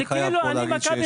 אני חייב להגיד שיש פה תקלה.